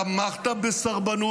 אתה תמכת בסרבנות.